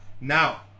Now